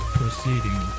proceeding